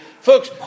folks